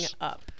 up